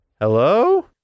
Hello